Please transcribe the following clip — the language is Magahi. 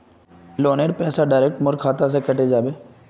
लोनेर पैसा डायरक मोर खाता से कते जाबे?